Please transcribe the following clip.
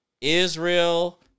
Israel